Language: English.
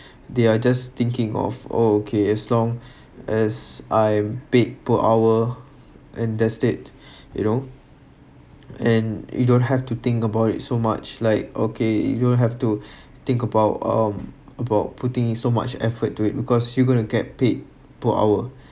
they are just thinking of oh okay as long as I'm paid per hour and that‘s it you know and you don't have to think about it so much like okay you’ll have to think about um about putting in so much effort do it because you going to get paid per hour